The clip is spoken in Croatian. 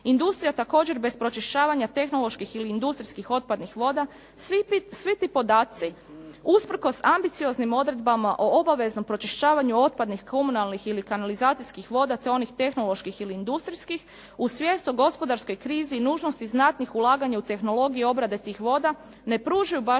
industrija također bez pročišćavanja tehnoloških ili industrijskih otpadnih voda. Svi ti podaci usprkos ambicioznim odredbama o obaveznom pročišćavanju otpadnih komunalnih ili kanalizacijskih voda, te onih tehnoloških ili industrijskih, uz svijest o gospodarskoj krizi i nužnosti znatnih ulaganja u tehnologije i obrade tih voda, ne pružaju baš